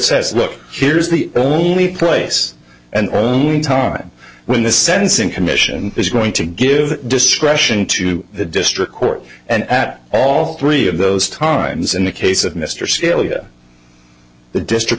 says look here's the only place and a time when the sentencing commission is going to give discretion to the district court and at all three of those times in the case of mr sylvia the district